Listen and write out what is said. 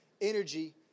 energy